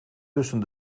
tussen